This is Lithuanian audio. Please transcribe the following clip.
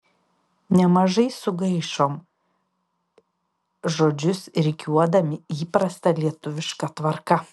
nemažai sugaišom žodžius rikiuodami įprasta lietuviška tvarka